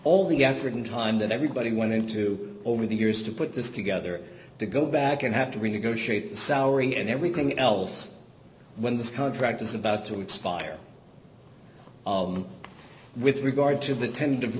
all the effort and time that everybody went into over the years to put this together to go back and have to renegotiate salary and everything else when this contract is about to expire with regard to the ten